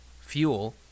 fuel